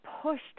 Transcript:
pushed